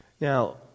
Now